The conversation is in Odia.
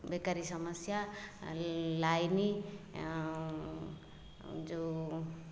ବେକାରୀ ସମସ୍ୟା ଲାଇନ୍ ଆଉ ଯେଉଁ